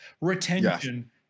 retention